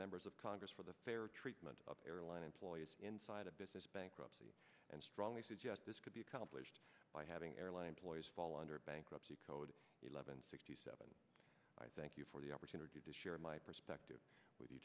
members of congress for the fair treatment of airline employees inside a business bankruptcy and strongly suggest this could be accomplished by having airline employees fall under bankruptcy code eleven sixty seven i thank you for the opportunity to share my perspective with you